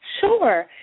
Sure